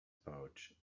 pouch